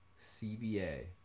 CBA